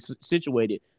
situated